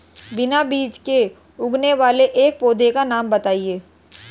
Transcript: बिना बीज के उगने वाले एक पौधे का नाम बताइए